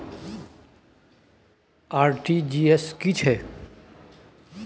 RTG S की है छै?